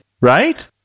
right